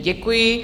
Děkuji.